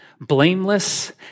blameless